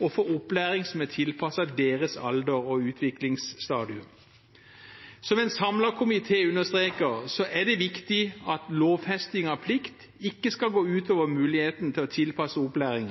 og få opplæring som er tilpasset deres alder og utviklingsstadium. Som en samlet komité understreker, er det viktig at lovfesting av plikt ikke skal gå ut over muligheten til å tilpasse opplæringen,